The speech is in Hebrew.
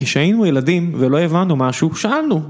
כשהיינו ילדים ולא הבנו משהו, שאלנו.